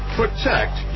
protect